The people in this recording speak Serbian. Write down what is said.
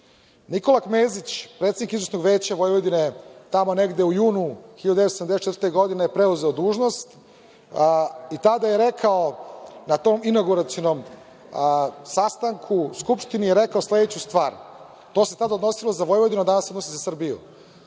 Nikola Knezić, predsednik Izvršnog veća Vojvodine, tamo negde u junu 1974. godine preuzeo je dužnost i tada je rekao na tom inauguracionom sastanku u Skupštini rekao sledeću stvar, to se tada odnosilo na Vojvodinu, a danas se odnosi na Srbiju